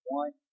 one